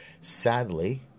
Sadly